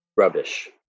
rubbish